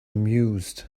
amused